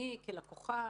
לביני כלקוחה